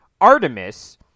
Artemis